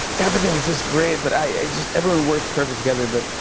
everything was just great, but i just everyone worked perfect together, but,